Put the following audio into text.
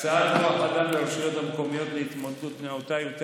הקצאת כוח אדם לרשויות המקומיות להתמודדות נאותה יותר